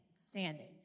standing